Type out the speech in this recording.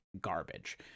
garbage